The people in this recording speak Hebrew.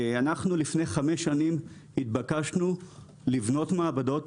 לפני חמש שנים התבקשנו לבנות מעבדות,